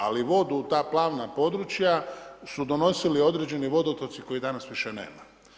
Ali vodu u ta plavna područja, su donosili određeni vodotoci, koje danas više nema.